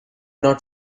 not